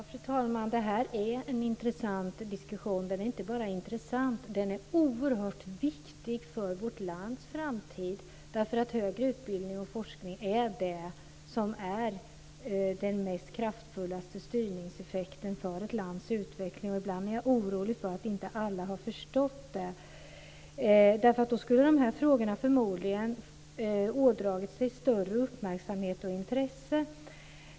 Fru talman! Det här är en intressant diskussion. Den är inte bara intressant; den är oerhört viktig för vårt lands framtid därför att högre utbildning och forskning ger den mest kraftfulla styrningseffekten för ett lands utveckling. Ibland är jag orolig för att alla inte har förstått det. Då skulle dessa frågor förmodligen ådragit sig större uppmärksamhet och intresse.